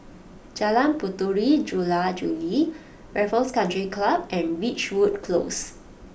Jalan Puteri Jula Juli Raffles Country Club and Ridgewood Close